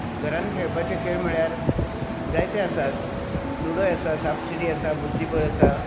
घरांत खेळपाचे खेळ म्हणल्यार जायते आसात लुडो आसा सापशिडी आसा बुद्धीबळ आसा